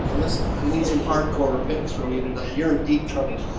and listen, we need some hardcore repentance from you tonight. you're in deep trouble